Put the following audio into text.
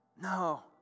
No